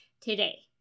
today